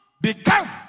become